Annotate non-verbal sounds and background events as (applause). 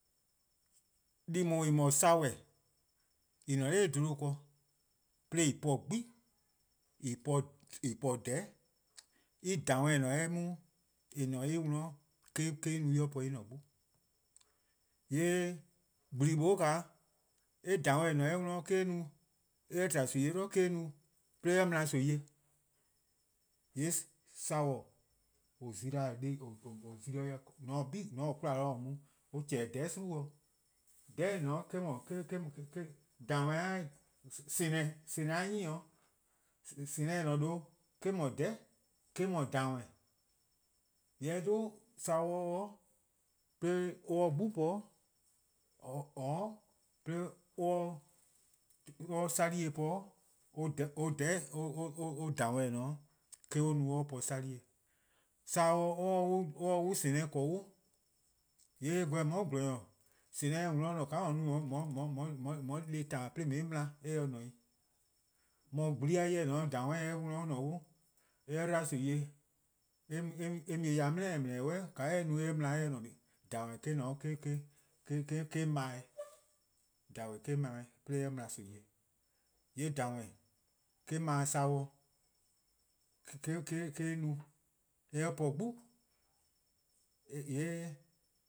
Deh :daa :en 'dhu-a saworn+-' :en :daa 'bluhba ken 'de en po-a 'gbu+ en-a (hesitation) 'de eh po-a :dhororn'+ en :dhehmeh: eh :ne-a 'de eh 'worn (hesitation) eh-: en no en po en-: 'gbu. :yee' :gblin :mlor :an 'ye-a eh :dhehmeh: :eh :ne-a 'de eh 'worn, eh-: eh no, :mor eh tba nimi-eh 'dlu eh-: eh no 'de eh mla nimi-eh. :yee' saworn:, (hesitation) mor :on taa 'kwla mu :or chehn-dih :dhororn'+ :gwie: ken :dhororn'+ :eh :ne 'o (hesitation) :dhehmeh: 'o daa, :senneh:, :senneh:-a 'nyne 'o, (hesitation) :senneh: :eh :ne-a :due' eh-: 'dhu :dhororn:+-: eh-: 'dhu:dhehmeh:-:. :yee' :mor eh 'dhu saworn: 'de or 'ye 'gbu po (hesitation) :or 'de (hesitation) or 'ye sabieh po, (hesitation) or :dhehmeh: :dao' eh-: or no or po sabieh. Saworn, (hesitation) :mor or se :dhehmeh: 'ble :dee, :yee' eh gweh :mor :gwlor-nyor, :mor :dhehmeh: se 'de :on 'worn :ne, :ka on 'ye-a no (hesitation) 'de :on 'ye-a dih :ta :on 'ye-ih mla ka se :ne-'. :mor :gblin 'jeh :mor :dhehmeh: se 'de eh 'worn :ne :mor eh 'dbo nimi-eh (hesitation) eh mu-eh bo dele: deleeee: 'suh :ka eh 'ye-a no 'de eh 'ye-eh mla ka se :ne 'i. :dhehmeh: eh-: :ne 'o (hesitation) :eh 'kpa-eh bo, :dhehmeh: eh-: 'kpa-eh bo 'de eh mla nimi-eh. :yee' :dhehmeh: eh-: 'kpa saworn bo (hesitation) eh-: or no 'de or po 'gbu. (hesitation) :yee'.